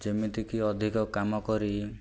ଯେମିତିକି ଅଧିକ କାମ କରି